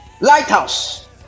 Lighthouse